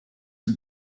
who